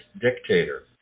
dictator